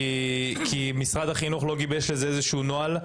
כי משרד החינוך לא גיבש איזשהו נוהל.